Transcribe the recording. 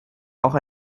auch